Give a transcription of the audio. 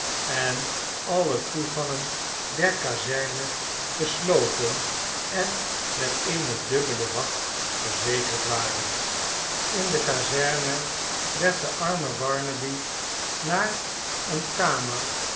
en alle toegangen der kazerne gesloten en met eene dubbele wacht verzekerd waren mm mm a m barnaby rudge barnaby in de gevangenis in de kazerne werd de arme barnaby naar eene kamer